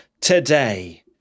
Today